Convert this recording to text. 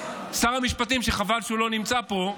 שר המשפטים, חבל שהוא לא נמצא פה.